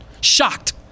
shocked